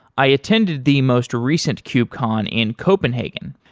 i attended the most recent kubecon in copenhagen.